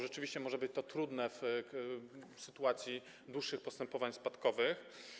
Rzeczywiście może być to trudne w sytuacji dłuższych postępowań spadkowych.